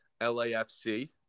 LAFC